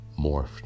morphed